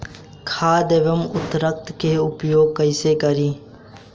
खाद व उर्वरक के उपयोग कईसे करी?